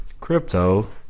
crypto